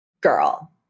girl